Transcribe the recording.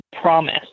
promise